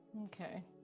Okay